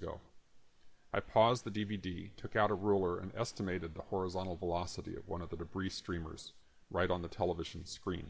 ago i paused the d v d took out a ruler and estimated the horizontal velocity of one of the debris streamers right on the television screen